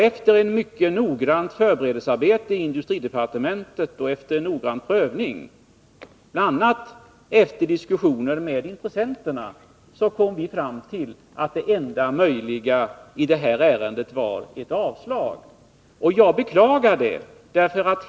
Efter mycket noggrant förberedelsearbete i industridepartementet och efter noggrann prövning, bl.a. efter diskussioner med intressenterna, kom vi fram till att det enda möjliga i det här ärendet var ett avslag. Jag beklagar det.